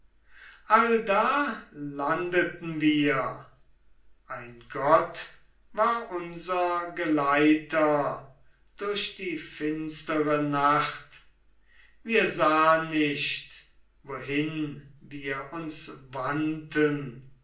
allda landeten wir ein gott war unser geleiter durch die finstere nacht wir sahn nicht wohin wir uns wandten